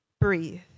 breathe